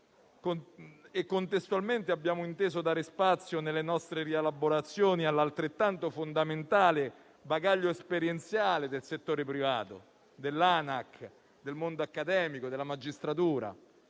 Contestualmente, abbiamo inteso dare spazio - nelle nostre rielaborazioni - all'altrettanto fondamentale bagaglio esperienziale del settore privato, dell'ANAC, del mondo accademico e della magistratura,